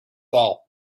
fall